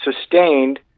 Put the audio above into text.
sustained